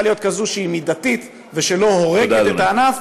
להיות מידתית וכזאת שלא הורגת את הענף.